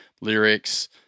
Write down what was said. lyrics